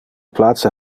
place